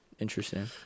interesting